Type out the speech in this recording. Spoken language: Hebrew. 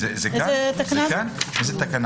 זה בתקנה